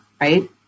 right